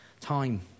time